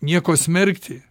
nieko smerkti